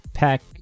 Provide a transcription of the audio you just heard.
pack